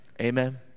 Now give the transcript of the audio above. Amen